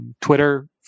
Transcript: Twitter